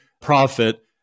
profit